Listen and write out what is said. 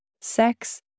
sex